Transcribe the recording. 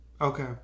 Okay